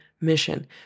mission